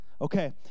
Okay